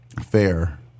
fair